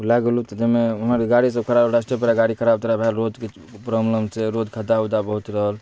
ओ लै गेलहुँ तऽ जैमऽ ओम्हर गाड़ी सब खराब रास्ते पेरा गाड़ी खराब तराब भैल रोड तोड पुरान उरान छै रोड खद्दा उद्दा बहुत रहल